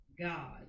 God